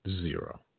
Zero